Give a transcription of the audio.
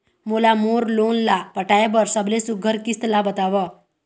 मोला मोर लोन ला पटाए बर सबले सुघ्घर किस्त ला बताव?